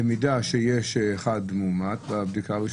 במידה שיש אחד מאומת בבדיקה הראשונה?